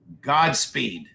Godspeed